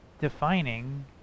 defining